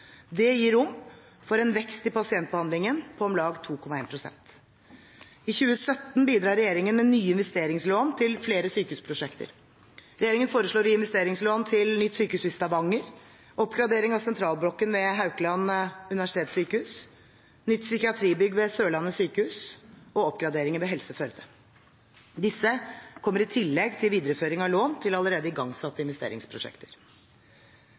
pasientbehandlingen på om lag 2,1 pst. I 2017 bidrar regjeringen med nye investeringslån til flere sykehusprosjekter. Regjeringen foreslår å gi investeringslån til nytt sykehus i Stavanger, oppgradering av sentralblokken ved Haukeland universitetssykehus, nytt psykiatribygg ved Sørlandet sykehus og oppgraderinger ved Helse Førde. Disse kommer i tillegg til videreføring av lån til allerede igangsatte investeringsprosjekter.